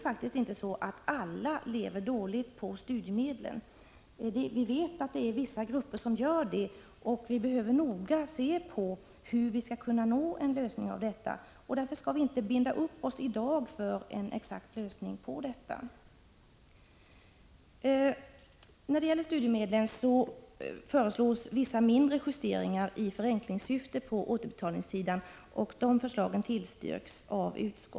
1985/86:130 studiemedlen, men eftersom vissa grupper gör det måste vi noga undersöka 29 april 1986 hur en lösning skall kunna uppnås. I propositionen föreslås vissa mindre justeringar i förenklingssyfte beträffande återbetalningen av studiemedel, och utskottet tillstyrker dessa förslag.